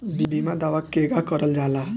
बीमा दावा केगा करल जाला?